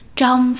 trong